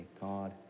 God